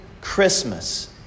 Christmas